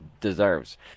deserves